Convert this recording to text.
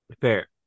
fair